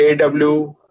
AW